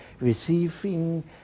receiving